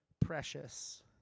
precious